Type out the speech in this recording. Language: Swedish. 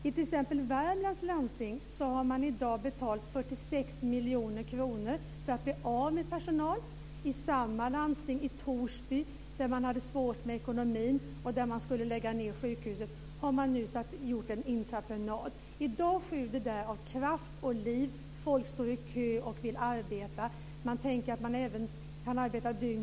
I t.ex. Värmlands landsting har man i dag betalat 46 miljoner kronor för att bli av med personal. I samma landsting, i Torsby, där man hade svårt med ekonomin och skulle lägga ned sjukhuset har man nu lagt ut på entreprenad. I dag sjuder där av kraft och liv. Folk står i kö för att få arbeta där.